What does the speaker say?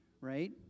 right